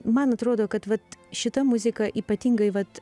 man atrodo kad vat šita muzika ypatingai vat